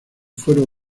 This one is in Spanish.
fuero